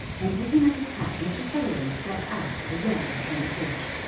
and taking up his hat mr. sutherland stepped out again upon the porch.